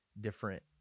different